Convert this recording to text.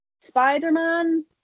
Spider-Man